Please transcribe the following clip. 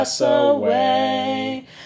Away